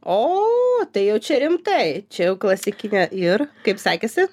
o tai jau čia rimtai čia jau klasikinė ir kaip sekėsi